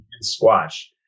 squash